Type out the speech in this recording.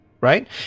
right